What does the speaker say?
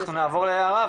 אנחנו נעבור ליערה,